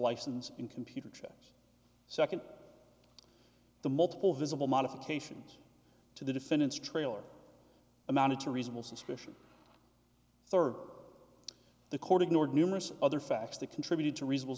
license in computer second the multiple visible modifications to the defendant's trailer amounted to reasonable suspicion sir the court ignored numerous other facts that contributed to reasonable